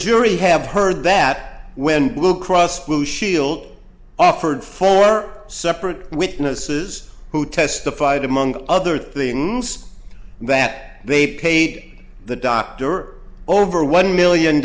jury have heard that when blue cross blue shield offered four separate witnesses who testified among other things that they paid the doctor over one million